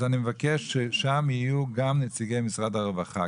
אז אני מבקש ששם יהיו גם נציגי משרד הרווחה.